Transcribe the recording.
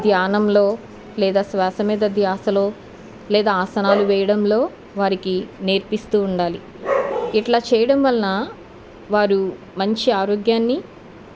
ధ్యానంలో లేదా శ్వాస మీద ధ్యాసలో లేక ఆసనాలు వేయడంలో వారికి నేర్పిస్తు ఉండాలి ఇట్లా చేయడం వలన వారు మంచి ఆరోగ్యాన్ని